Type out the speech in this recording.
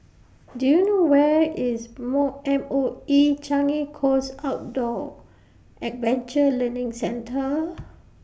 Do YOU know Where IS MOE M O E Changi Coast Outdoor Adventure Learning Centre